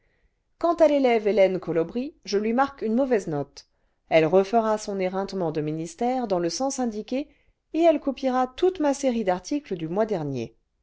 quant à l'élève hélène colobry je lui marque une mauvaise note elle refera son éreintement de ministère dans le sens indiqué et elle copiera toute ma série d'articles du mois dernier